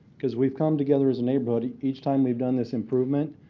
because we've come together as a neighborhood each time we've done this improvement,